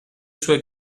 sue